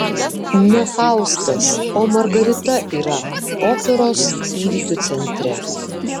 ne faustas o margarita yra operos įvykių centre